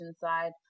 side